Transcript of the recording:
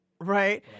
Right